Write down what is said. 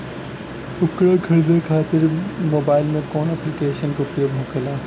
उपकरण खरीदे खाते मोबाइल में कौन ऐप्लिकेशन का उपयोग होखेला?